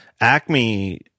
Acme